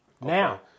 Now